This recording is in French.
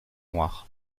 noirs